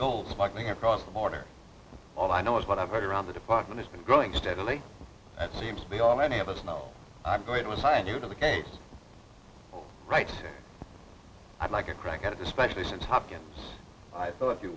gold smuggling across the border all i know is what i've heard around the department it's been growing steadily and seems to be all many of us know i'm going to assign you to the case all right i'd like a crack at it especially since hopkins i thought